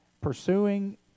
Pursuing